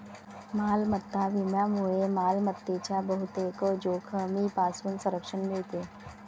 मालमत्ता विम्यामुळे मालमत्तेच्या बहुतेक जोखमींपासून संरक्षण मिळते